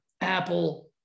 Apple